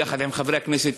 ביחד עם חברי הכנסת,